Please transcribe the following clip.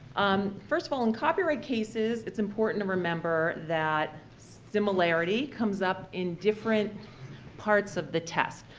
um first of all, in copyright cases, it's important to remember that similarity comes up in different parts of the test.